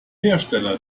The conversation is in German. hersteller